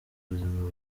buzima